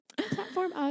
Platform